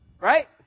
Right